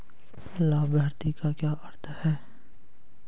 लाभार्थी का क्या अर्थ है?